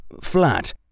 flat